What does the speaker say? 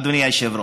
אדוני היושב-ראש,